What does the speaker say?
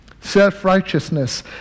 Self-righteousness